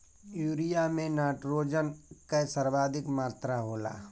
urea में nitrogen कअ सर्वाधिक मात्रा होला